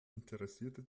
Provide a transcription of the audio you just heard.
interessierte